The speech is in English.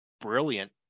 brilliant